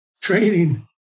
training